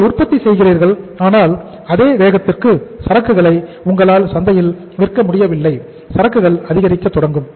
நீங்கள் உற்பத்தி செய்கிறீர்கள் ஆனால் அதே வேகத்திற்கு சரக்குகளை உங்களால் சந்தையில் விற்க முடியவில்லை சரக்குகள் அதிகரிக்க தொடங்கும்